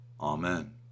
Amen